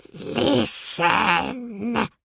Listen